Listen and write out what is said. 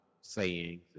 sayings